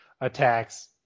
attacks